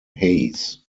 hayes